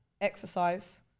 exercise